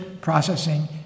processing